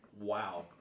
wow